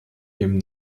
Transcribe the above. dem